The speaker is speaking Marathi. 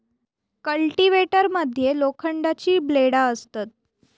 कल्टिवेटर मध्ये लोखंडाची ब्लेडा असतत